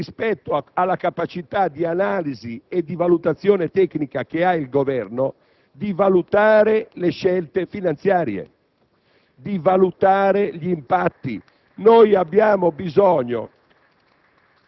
autonomia tecnica, una forte autonomia rispetto alla capacità di analisi e di valutazione tecnica che ha il Governo sulle scelte finanziarie